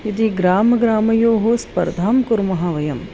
यदि ग्रामग्रामयोः स्पर्धां कुर्मः वयम्